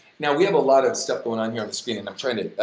now we have a lot of stuff going on here on the screen and i'm trying to,